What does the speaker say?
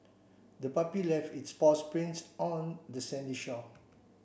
the puppy left its paw prints on the sandy shore